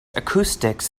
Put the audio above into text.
acoustics